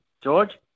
George